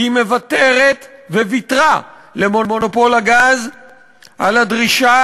כי היא מוותרת וויתרה למונופול הגז על הדרישה